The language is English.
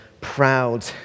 proud